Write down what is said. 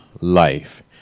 life